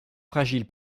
fragiles